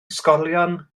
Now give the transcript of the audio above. ysgolion